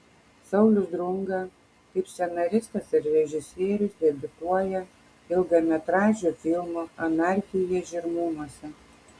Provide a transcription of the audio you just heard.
saulius drunga kaip scenaristas ir režisierius debiutuoja ilgametražiu filmu anarchija žirmūnuose